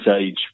age